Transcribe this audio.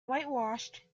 whitewashed